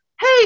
hey